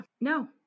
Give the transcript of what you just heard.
No